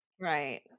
Right